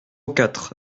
quatre